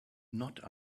not